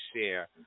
share